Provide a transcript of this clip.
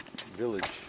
village